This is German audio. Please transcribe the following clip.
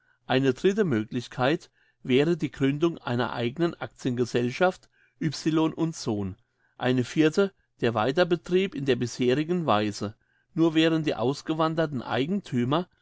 eine dritte möglichkeit wäre die gründung einer eigenen actiengesellschaft y sohn eine vierte der weiterbetrieb in der bisherigen weise nur wären die ausgewanderten